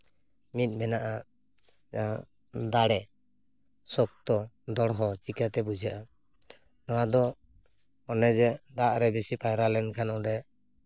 ᱢᱤᱫ ᱢᱮᱱᱟᱜᱼᱟ ᱫᱟᱲᱮ ᱥᱚᱠᱛᱚ ᱫᱚᱲᱦᱚ ᱪᱤᱠᱟᱹᱛᱮ ᱵᱩᱡᱷᱟᱹᱜᱼᱟ ᱱᱚᱣᱟ ᱫᱚ ᱚᱱᱮ ᱡᱮ ᱫᱟᱜ ᱨᱮ ᱵᱮᱥᱤ ᱯᱟᱭᱨᱟ ᱞᱮᱱᱠᱷᱟᱱ ᱚᱸᱰᱮ